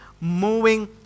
moving